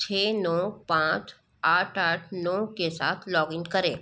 छ नौ पाँच आठ आठ नौ के साथ लॉगिन करें